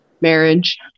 marriage